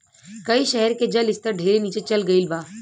कई शहर के जल स्तर ढेरे नीचे चल गईल बा